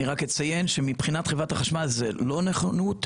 אני רק אציין שמבחינת חברת החשמל זה לא נכונות,